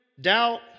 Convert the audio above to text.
doubt